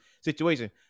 situation